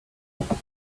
rejeter